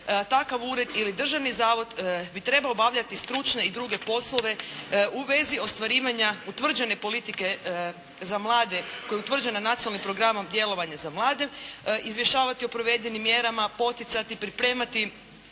takav ured ili državni zavod bi trebao obavljati stručne i druge poslove u vezi ostvarivanja utvrđene politike za mlade koji je utvrđen nacionalnim programom djelovanje za mlade, izvještavati o provedenim mjerama, poticati, pripremati